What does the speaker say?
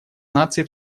наций